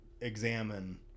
examine